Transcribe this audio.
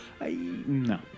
No